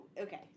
okay